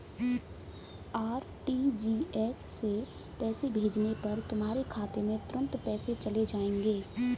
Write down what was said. RTGS से पैसे भेजने पर तुम्हारे खाते में तुरंत पैसे चले जाएंगे